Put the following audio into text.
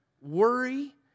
worry